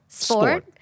sport